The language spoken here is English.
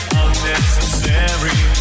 unnecessary